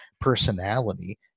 personality